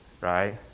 right